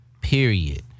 period